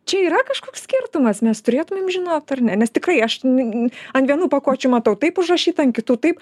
čia yra kažkoks skirtumas mes turėtumėm žinot ar ne nes tikrai aš ne ant vienų pakuočių matau taip užrašyta ant kitų taip